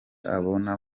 abona